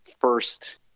first